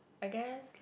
I guess like